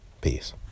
peace